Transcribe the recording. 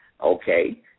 Okay